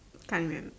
can't remember